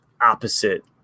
opposite